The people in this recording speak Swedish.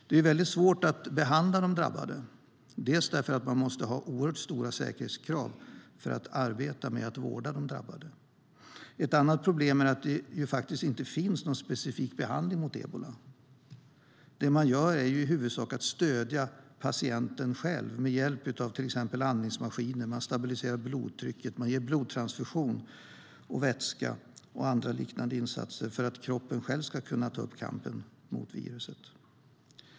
Det är mycket svårt att behandla de drabbade, bland annat därför att man måste ha oerhört stora säkerhetskrav för att vårda de drabbade. Ett annat problem är att det faktiskt inte finns någon specifik behandling mot ebola. Det som man gör är att i huvudsak stödja patienten med hjälp av till exempel andningsmaskiner, stabilisera blodtrycket och ge blodtransfusion, vätska och andra liknande insatser för att kroppen själv ska kunna ta upp kampen mot viruset.